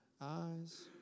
eyes